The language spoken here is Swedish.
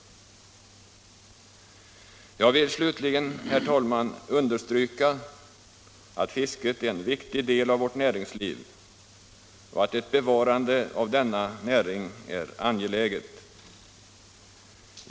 Jag vill slutligen, herr talman, understryka att fisket är en viktig del av vårt näringsliv och att ett bevarande av denna näring är angeläget.